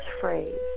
phrase